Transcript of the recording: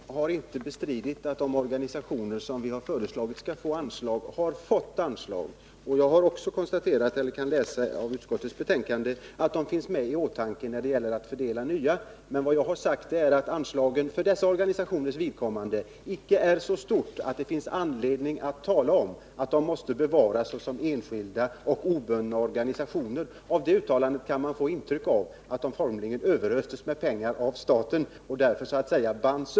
Herr talman! Jag har inte bestritt att de organisationer som vi har föreslagit skall få anslag har fått det. Jag kan också läsa ut av utskottets betänkande att de finns i åtanke när det gäller att fördela nya anslag. Vad jag har sagt är att anslagen för dessa organisationers vidkommande inte är så stora att det finns anledning att tala om att de måste bevaras såsom enskilda och obundna Nr 120 organisationer. Av ett sådant uttalande kan man få intrycket att de formligen Onsdagen den överöses med pengar av staten och därför så att säga skulle bindas upp.